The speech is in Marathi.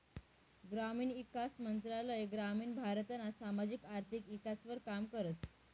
ग्रामीण ईकास मंत्रालय ग्रामीण भारतना सामाजिक आर्थिक ईकासवर काम करस